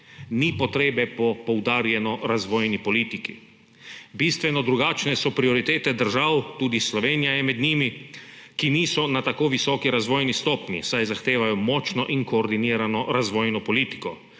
Ni potrebe po poudarjeno razvojni politiki. Bistveno drugačne so prioritete držav, tudi Slovenija je med njimi, ki niso na tako visoki razvojni stopnji, saj zahtevajo močno in koordinirano razvojno politiko.